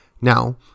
Now